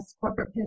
corporate